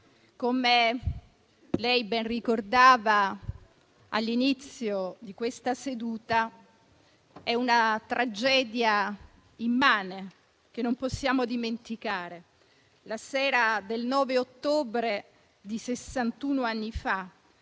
come lei ben ricordava all'inizio di questa seduta, è una tragedia immane che non possiamo dimenticare. La sera del 9 ottobre di sessantuno